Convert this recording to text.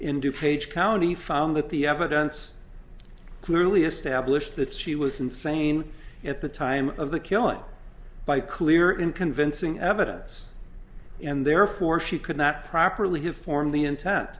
in du page county found that the evidence clearly established that she was insane at the time of the killing by clear and convincing evidence and therefore she could not properly have formed the intent